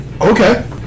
Okay